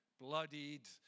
bloodied